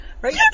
right